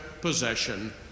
possession